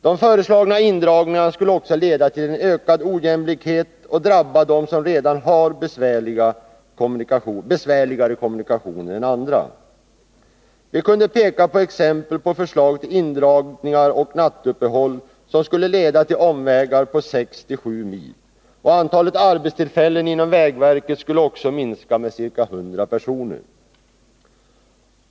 De föreslagna indragningarna skulle också leda till ökad ojämlikhet och drabba dem som redan har besvärligare kommunikationer än andra. Vi kunde peka på exempel på förslag till indragningar och nattuppehåll som skulle medföra omvägar på 6 å 7 mil. Antalet arbetstillfällen inom vägverket skulle också minska med ca 100 personer.